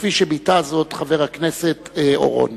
כפי שביטא זאת חבר הכנסת אורון,